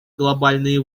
глобальные